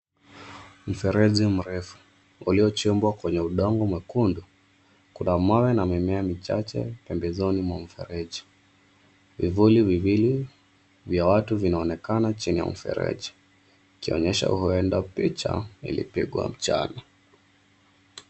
Mfereji mrefu, uliyochimbwa kwenye udongo mwekundu. Kuna mawe na mimea michache pembezoni mwa mfereji. Vivuli viwili vya watu vinaonekana chini ya mfereji, ikionyesha huenda picha ilipigwa mchana.